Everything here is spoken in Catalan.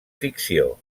ficció